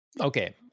Okay